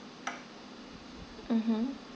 mmhmm